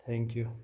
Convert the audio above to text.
thank you